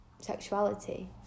sexuality